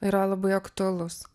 yra labai aktualus